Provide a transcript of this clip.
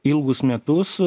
ilgus metus